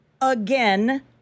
again